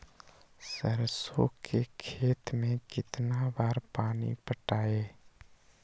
सरसों के खेत मे कितना बार पानी पटाये?